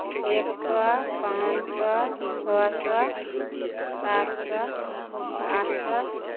एक सए पाॅंच सए छओ सए सात सए आठ सए